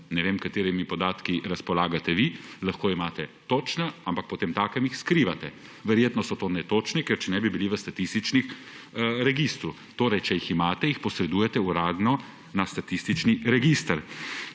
ne vem, s katerimi podatki razpolagate vi, lahko imate točne, ampak potemtakem jih skrivate. Verjetno so to netočni, ker sicer bi bili v Statističnem registru. Če jih imate, jih posredujte uradno na Statistični register.